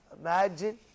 Imagine